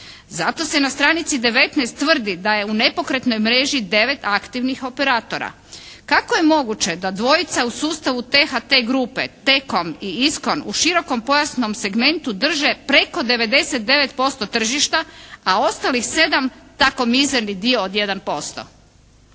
Zato se na stranici 19 tvrdi da je u nepokretnoj mreži 9 aktivnih operatora. Kako je moguće da dvojica u sustavu THT grupe, T-com i ISKON u širokom pojasnom segmentu drže preko 99% tržišta, a ostalih 7 tako mizerni dio od 1%.